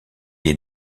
est